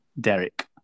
Derek